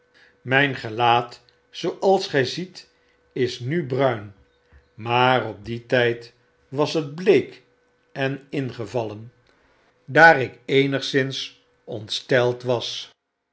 myn gelaatj zooals gij ziet is nu bruin maar op dien tyd was het bleek en ingevallen daar f mm mmmmmm op wacht met inspecteur field ik eenigszins ongesteld was